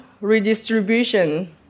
redistribution